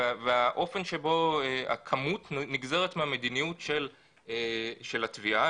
והאופן שהכמות נגזרת מהמדיניות של התביעה,